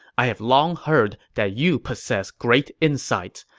i have long heard that you possess great insights.